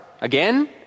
again